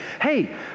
hey